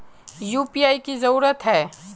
UPI की जरूरी है?